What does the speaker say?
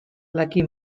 lucky